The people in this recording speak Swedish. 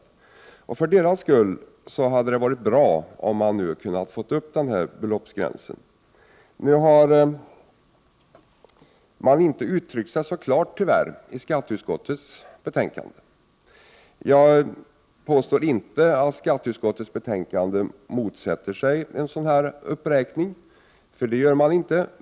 För de små alliansernas skull hade det varit bra om man kunde höja beloppsgränsen. Man har tyvärr inte uttryckt sig särskilt klart i skatteutskottets betänkande. Jag påstår inte att skatteutskottets betänkande motsätter sig en sådan här uppräkning, för det gör det inte.